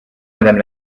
madame